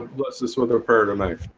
what's this with her prayer tonight?